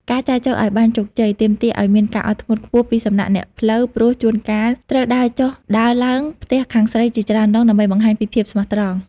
ការចែចូវឱ្យបានជោគជ័យ ទាមទារឱ្យមានការអត់ធ្មត់ខ្ពស់ពីសំណាក់អ្នកផ្លូវ ព្រោះជួនកាលត្រូវដើរចុះដើរឡើងផ្ទះខាងស្រីជាច្រើនដង ដើម្បីបង្ហាញពីភាពស្មោះត្រង់។